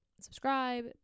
subscribe